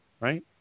Right